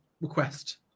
request